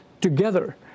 together